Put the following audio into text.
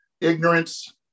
ignorance